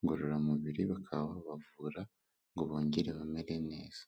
ngororamubiri bakaba babavura ngo bongere bamere neza.